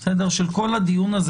של כל הדיון הזה.